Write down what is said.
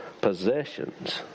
possessions